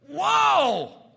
Whoa